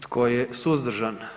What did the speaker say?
Tko je suzdržan?